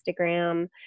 Instagram